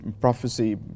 prophecy